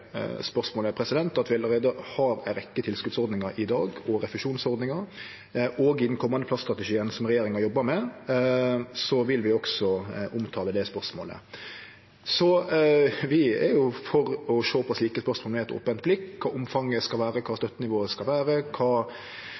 er det slik at vi allereie har ei rekkje tilskotsordningar og refusjonsordningar i dag, og i den komande plaststrategien som regjeringa jobbar med, vil vi også omtale det spørsmålet. Så vi er for å sjå på slike spørsmål med eit opent blikk – kva omfanget skal vere, kva støttenivået skal vere, kva